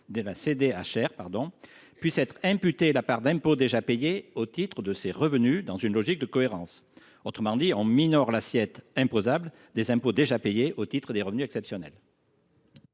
de la CDHR puisse être imputée la part d’impôt déjà payée au titre de ces revenus, dans une logique de cohérence. Autrement dit, on minore l’assiette imposable des impôts déjà payés au titre des revenus exceptionnels.